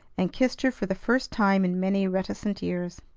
and kissed her for the first time in many reticent years.